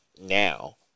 now